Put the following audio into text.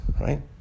Right